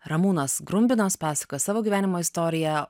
ramūnas grumbinas pasakos savo gyvenimo istoriją